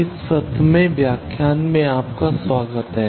इस 17 वें व्याख्यान में आपका स्वागत है